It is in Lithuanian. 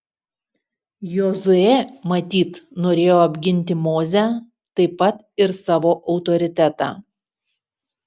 jozuė matyt norėjo apginti mozę taip pat ir savo autoritetą